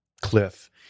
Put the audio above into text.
cliff